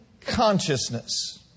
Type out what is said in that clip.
consciousness